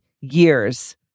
years